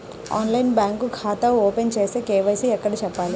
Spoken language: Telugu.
ఆన్లైన్లో బ్యాంకు ఖాతా ఓపెన్ చేస్తే, కే.వై.సి ఎక్కడ చెప్పాలి?